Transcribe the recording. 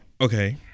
Okay